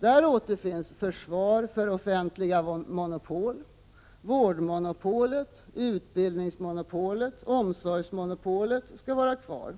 Där återfinns försvar för offentliga monopol — vårdmonopolet, utbildningsmonopolet och omsorgsmonopolet skall vara kvar.